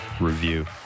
review